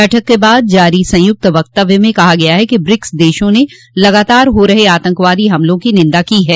बैठक के बाद जारी संयुक्त वक्तव्य में कहा गया है कि ब्रिक्स देशों ने लगातार हो रहे आतंकवादी हमलों की निंदा की है